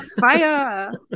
fire